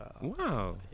Wow